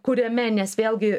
kuriame nes vėlgi